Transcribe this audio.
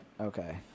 Okay